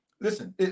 Listen